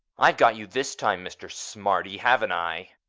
i've got you this time, mr. smarty, haven't i?